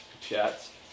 chats